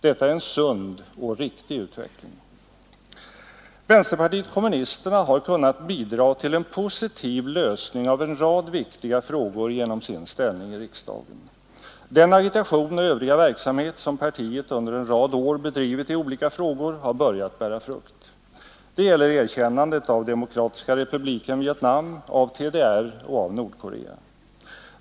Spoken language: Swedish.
Detta är en sund och riktig utveckling. Vänsterpartiet kommunisterna har kunnat bidra till en positiv lösning av en rad viktiga frågor genom sin ställning i riksdagen. Den agitation och övriga verksamhet som partiet under en rad år bedrivit i olika frågor har börjat bära frukt. Det gäller erkännandet av Demokratiska republiken Vietnam, av TDR och av Nordkorea.